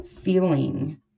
feeling